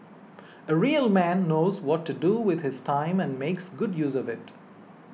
a real man knows what to do with his time and makes good use of it